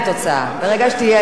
ברגע שתהיה, אני אקריא.